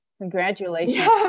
congratulations